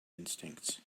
instincts